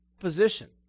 Position